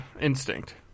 instinct